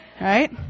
Right